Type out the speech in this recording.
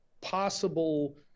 possible